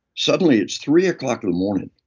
suddenly, it's three o'clock in the morning.